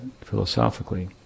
philosophically